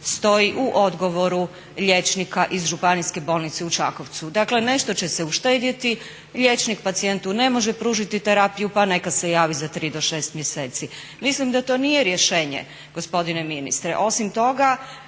stoj u odgovoru liječnika iz Županijske bolnice u Čakvocu. Dakle nešto će se uštedjeti, liječnik pacijentu ne može pružiti terapiju pa neka se javi za 3 do 6 mjeseci. Mislim da to nije rješenje gospodine ministre.